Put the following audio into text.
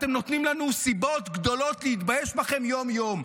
אתם נותנים לנו סיבות גדולות להתבייש בכם יום-יום.